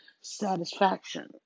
Satisfaction